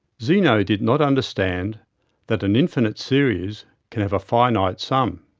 zeno did not understand that an infinite series can have a finite sum.